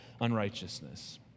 unrighteousness